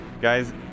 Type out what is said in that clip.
Guys